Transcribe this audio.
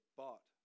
bought